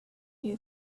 you